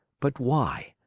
but why,